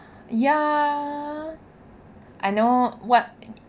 ya I know what